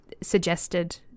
suggested